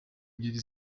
ngeri